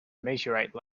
meteorite